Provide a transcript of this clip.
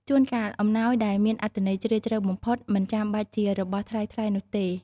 ជួនកាល អំណោយដែលមានអត្ថន័យជ្រាលជ្រៅបំផុត មិនចាំបាច់ជារបស់ថ្លៃៗនោះទេ។